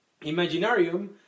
Imaginarium